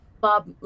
Bob